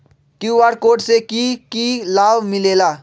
QR code से कि कि लाव मिलेला?